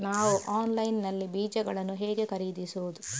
ನಾವು ಆನ್ಲೈನ್ ನಲ್ಲಿ ಬೀಜಗಳನ್ನು ಹೇಗೆ ಖರೀದಿಸುವುದು?